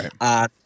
Right